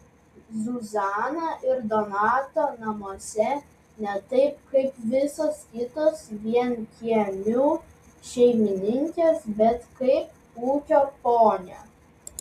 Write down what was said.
zuzana ir donato namuose ne taip kaip visos kitos vienkiemių šeimininkės bet kaip ūkio ponia